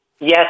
Yes